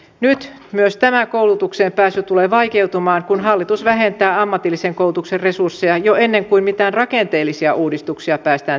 nyt myös tämä koulutukseen pääsy tulee vaikeutumaan kun hallitus vähentää ammatillisen koulutuksen resursseja jo ennen kuin mitään rakenteellisia uudistuksia päästään tekemään